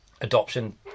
adoption